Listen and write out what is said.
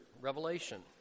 Revelation